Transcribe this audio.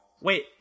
Wait